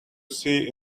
see